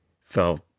felt